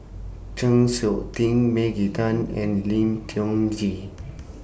Chng Seok Tin Maggie Teng and Lim Tiong Ghee